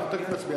אנחנו תכף נצביע.